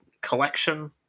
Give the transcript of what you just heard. collection